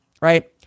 right